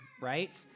right